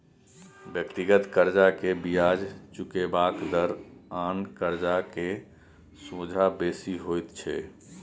व्यक्तिगत कर्जा के बियाज चुकेबाक दर आन कर्जा के सोंझा बेसी होइत छै